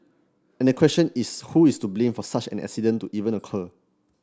and the question is who is to blame for such an accident to even occur